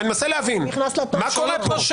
אני מנסה להבין, מה קורה פה?